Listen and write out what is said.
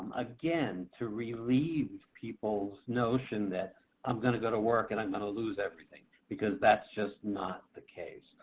again, to relieve people's notion that, i'm going to going to work and i'm going to lose everything, because that's just not the case.